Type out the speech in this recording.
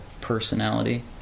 personality